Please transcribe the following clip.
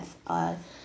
uh